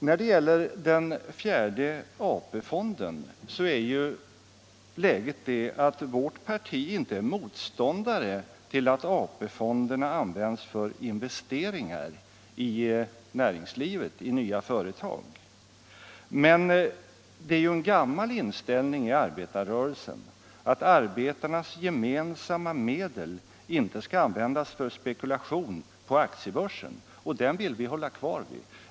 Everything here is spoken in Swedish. När det gäller den fjärde AP-fonden är läget det att vårt parti inte är motståndare till att AP-fonderna används för investeringar i näringslivet, i nya företag. Men det är en gammal inställning i arbetarrörelsen att arbetarnas gemensamma medel inte skall användas för spekulation på aktiebörsen, och den vill vi hålla fast vid.